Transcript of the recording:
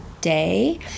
day